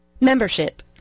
Membership